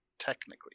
technically